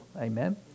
Amen